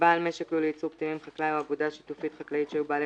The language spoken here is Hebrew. "בעל משק לול לייצור פטמים" חקלאי או אגודה שיתופית חקלאית שהיו בעלי